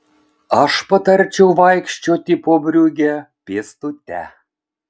aš patarčiau vaikščioti po briugę pėstute